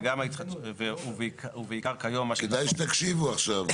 ובעיקר התוכניות הנגזרות מתמ"א